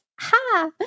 Ha